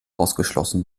ausgeschlossen